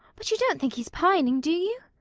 but you don't think he's pining, do you?